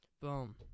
Boom